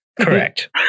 Correct